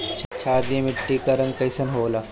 क्षारीय मीट्टी क रंग कइसन होला?